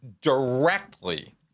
directly